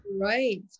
Right